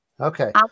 Okay